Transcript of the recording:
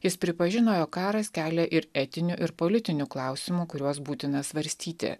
jis pripažino jog karas kelia ir etinių ir politinių klausimų kuriuos būtina svarstyti